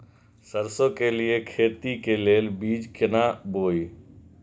सरसों के लिए खेती के लेल बीज केना बोई?